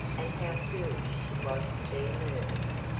and how foolish she was to be nervous!